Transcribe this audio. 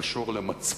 קשור למצפון,